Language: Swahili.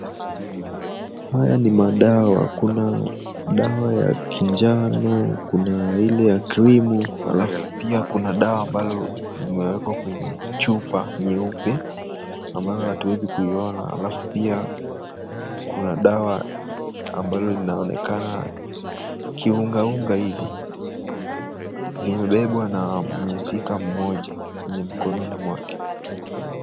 Haya ni madawa, kuna dawa ya kinjano, kuna ile ya krimu alafu pia kuna dawa ambalo zimewekwa kwenye chupa nyeupe, ambayo hatuwezi kuiona alafu pia kuna dawa ambalo linaonekana kiungaunga hivi. Limebebwa na mhusika mmoja, kwenye mikononi mwake.